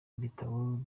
ibitabo